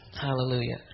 Hallelujah